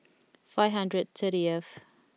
five hundred thirty T F